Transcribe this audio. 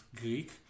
Greek